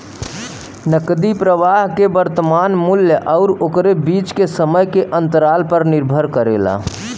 नकदी प्रवाह के वर्तमान मूल्य आउर ओकरे बीच के समय के अंतराल पर निर्भर करेला